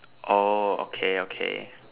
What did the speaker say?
oh okay okay